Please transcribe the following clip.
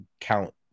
count